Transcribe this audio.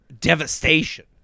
devastation